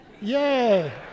yay